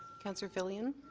councillor filion,